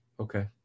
Okay